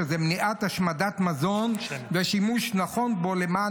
וזה מניעת השמדת מזון ושימוש נכון בו למען